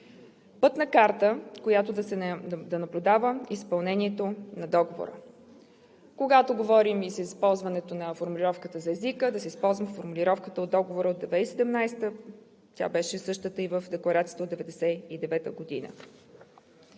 Пътна карта, която да наблюдава изпълнението на Договора. Когато говорим и за използването на формулировката за езика, да се спазва формулировката от Договора от 2017 г. – тя беше същата и в Декларацията от 1999 г.